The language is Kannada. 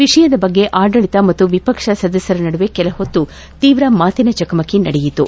ವಿಷಯದ ಬಗ್ಗೆ ಆಡಳಿತ ಮತ್ತು ವಿಪಕ್ಷ ಸದಸ್ಯರ ನಡುವೆ ಕೆಲ ಹೊತ್ತು ತೀವ್ರ ಮಾತಿನ ಚಕಮಕಿ ನಡೆಯಿತು